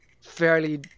fairly